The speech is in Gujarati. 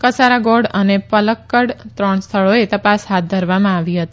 કસારાગોડ અને પલકકડમાં ત્રણ સ્થળોએ તપાસ હાથ ધરવામાં આવી હતી